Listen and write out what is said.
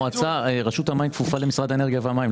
רשות המים כפופה למשרד האנרגיה והמים,